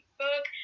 book